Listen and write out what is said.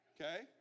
Okay